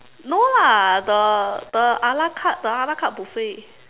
no lah the the a la carte the a la carte buffet